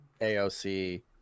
AOC